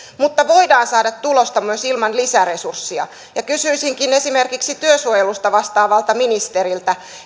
mutta voidaan saada tulosta myös ilman lisäresurssia kysyisinkin esimerkiksi työsuojelusta vastaavalta ministeriltä